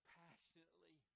passionately